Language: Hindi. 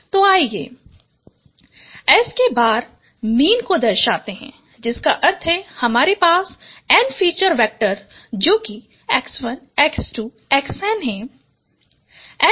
तो आइए S̅ द्वारा मीन को दर्शाते हैं जिसका अर्थ है कि हमारे पास N फीचर वैक्टर जो X1 X2 XN है